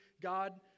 God